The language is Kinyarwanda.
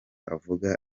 avuga